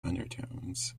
undertones